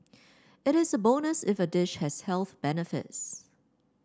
it is a bonus if a dish has health benefits